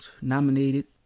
Nominated